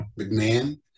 McMahon